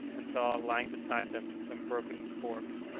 and saw, lying beside them, some broken forks,